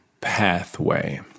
pathway